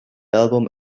album